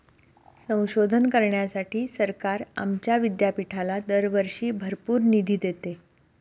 संशोधन करण्यासाठी सरकार आमच्या विद्यापीठाला दरवर्षी भरपूर निधी देते